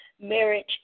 marriage